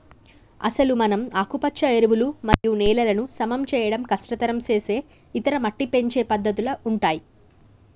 అసలు మనం ఆకుపచ్చ ఎరువులు మరియు నేలలను సమం చేయడం కష్టతరం సేసే ఇతర మట్టి పెంచే పద్దతుల ఉంటాయి